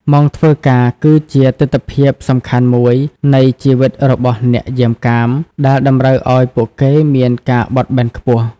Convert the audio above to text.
ម៉ោងធ្វើការគឺជាទិដ្ឋភាពសំខាន់មួយនៃជីវិតរបស់អ្នកយាមកាម ដែលតម្រូវឲ្យពួកគេមានការបត់បែនខ្ពស់។